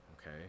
Okay